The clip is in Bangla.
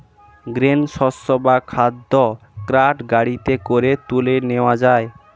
গ্রেন শস্য বা খাদ্য কার্ট গাড়িতে করে তুলে নিয়ে যায়